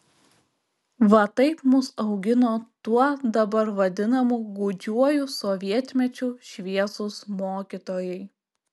va taip mus augino tuo dabar vadinamu gūdžiuoju sovietmečiu šviesūs mokytojai